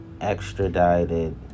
extradited